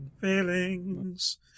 feelings